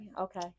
Okay